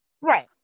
Right